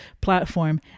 platform